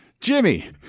Jimmy